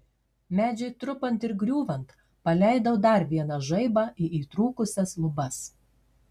medžiui trupant ir griūvant paleidau dar vieną žaibą į įtrūkusias lubas